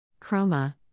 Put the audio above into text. Chroma